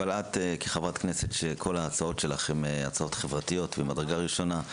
אבל את כחברת כנסת שכל ההצעות שלך הן הצעות חברתיות ממדרגה ראשונה.